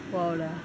போவாலா:povaalaa